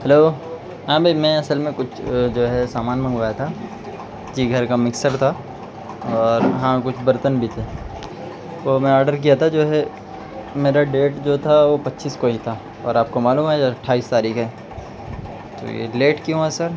hello ہاں بھئی میں اصل میں کچھ جو ہے سامان منگوایا تھا جی گھر کا مکسر تھا اور ہاں کچھ برتن بھی تھے وہ میں آرڈر کیا تھا جو ہے میرا ڈیٹ جو تھا وہ پچیس کو ہی تھا اور آپ کو معلوم ہے آج اٹھائیس تاریخ ہے تو یہ لیٹ کیوں ہوا سر